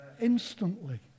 instantly